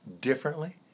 differently